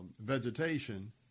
vegetation